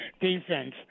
defense